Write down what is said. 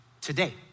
today